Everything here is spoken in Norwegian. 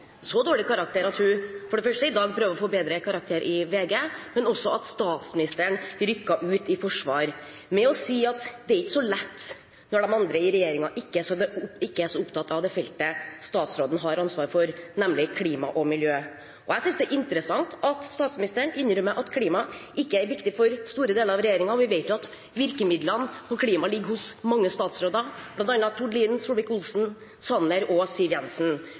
så dårlig karakter at hun i dag prøver å få bedre karakter i VG, og statsministeren rykket også ut i forsvar ved å si at det ikke er så lett når de andre i regjeringen ikke er så opptatt av det feltet statsråden har ansvar for, nemlig klima og miljø. Jeg synes det er interessant at statsministeren innrømmer at klima ikke er viktig for store deler av regjeringen, og vi vet jo at virkemidlene når det gjelder klima, ligger hos mange statsråder, bl.a. Tord Lien, Ketil Solvik-Olsen, Jan Tore Sanner og Siv Jensen.